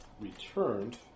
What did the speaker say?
returned